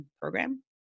Program